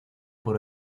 por